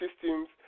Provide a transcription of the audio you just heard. systems